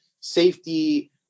safety